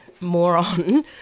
moron